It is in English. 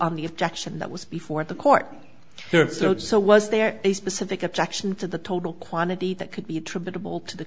on the objection that was before the court there third so was there a specific objection to the total quantity that could be attributable to the